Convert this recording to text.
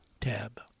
tab